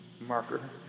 marker